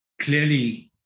clearly